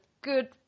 good